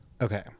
Okay